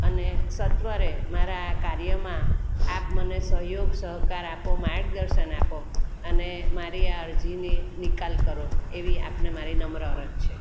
અને સત્વરે મારા આ કાર્યમાં આપમને સહયોગ સહકાર આપો માર્ગદર્શન આપો અને મારી આ અરજીને નિકાલ કરો એવી આપને મારી નમ્ર અરજ છે